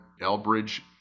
Elbridge